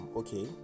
okay